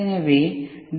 எனவே டி